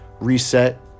reset